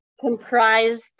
comprised